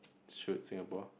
should Singapore